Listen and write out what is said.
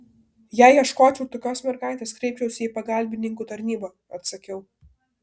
jei ieškočiau tokios mergaitės kreipčiausi į pagalbininkų tarnybą atsakiau